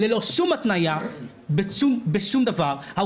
ללא שום התניה בשום דבר.